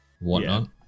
whatnot